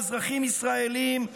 באזרחים ישראלים,